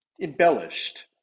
embellished